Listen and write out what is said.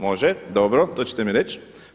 Može, dobro, to ćete mi reć.